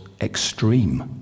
extreme